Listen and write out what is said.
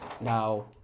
Now